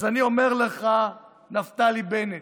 אז אני אומר לך, נפתלי בנט,